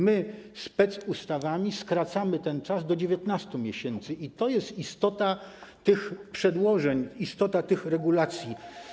My specustawami skracamy ten czas do 19 miesięcy i to jest istota tych przedłożeń, istota tych regulacji.